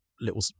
little